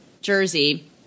Jersey